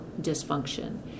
dysfunction